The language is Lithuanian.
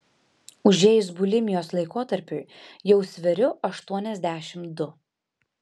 užėjus bulimijos laikotarpiui jau sveriu aštuoniasdešimt du